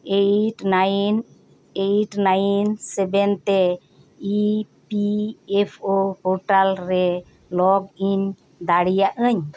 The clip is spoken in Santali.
eight nine eight nine seven ᱛᱮ E P F O portal ᱨᱮ ᱞᱚᱜᱤᱱ ᱫᱟᱲᱮᱭᱟᱜ ᱟᱹᱧ